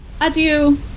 Adieu